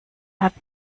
hat